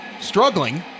struggling